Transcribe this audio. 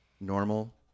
normal